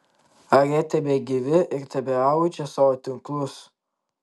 ar jie tebegyvi ir tebeaudžia savo tinklus